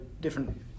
different